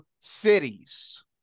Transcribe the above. cities